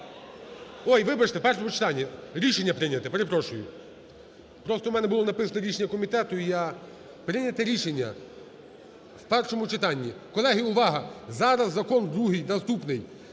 ой, вибачте, в першому читанні. Рішення прийняте, перепрошую. Просто у мене було написано рішення комітету і я прийняти рішення в першому читанні. Колеги, увага, зараз закон другий, наступний